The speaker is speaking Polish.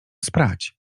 sprać